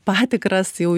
patikras jau